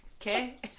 Okay